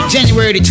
January